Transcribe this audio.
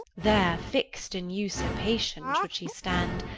there, fix'd in usurpation, should she stand,